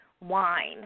wine